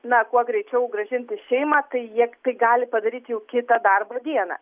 na kuo greičiau grąžint į šeimą tai jie tai gali padaryt jau kitą darbo dieną